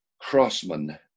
Crossman